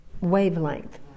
wavelength